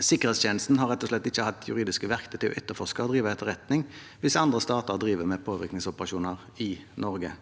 Sikkerhetstjenesten har rett og slett ikke hatt juridiske verktøy til å etterforske og drive etterretning hvis andre stater driver med påvirkningsoperasjoner i Norge.